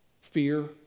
fear